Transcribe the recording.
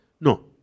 no